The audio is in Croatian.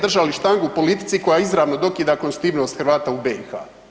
Držali štangu politici koja izravno dokida konstitutivnost Hrvata u BiH.